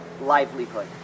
livelihood